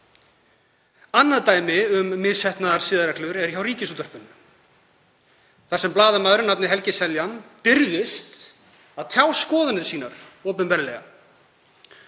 Annað dæmi um misheppnaðar siðareglur er hjá Ríkisútvarpinu þar sem blaðamaður að nafni Helgi Seljan dirfðist að tjá skoðanir sínar opinberlega.